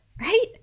right